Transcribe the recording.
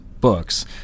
books